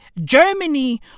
Germany